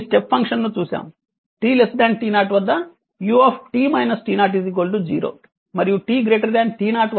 మనము ఈ స్టెప్ ఫంక్షన్ను చూసాము t t0 వద్ద u 0 మరియు t t0 వద్ద u 1